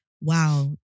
wow